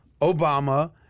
Obama